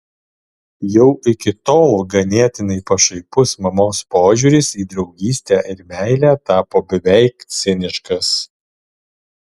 jau iki tol ganėtinai pašaipus mamos požiūris į draugystę ir meilę tapo beveik ciniškas